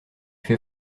fait